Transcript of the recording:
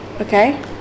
Okay